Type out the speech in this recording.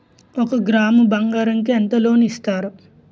ఒక గ్రాము బంగారం కి ఎంత లోన్ ఇస్తారు?